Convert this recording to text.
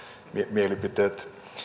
mielipiteeni